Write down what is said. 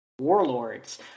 warlords